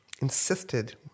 insisted